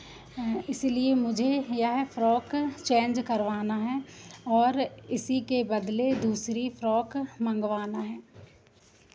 इसलिए मुझे यह फ़्रॉक चेंज करवाना है और इसी के बदले दूसरी फ़्रॉक मंगवाना है